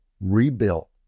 rebuilt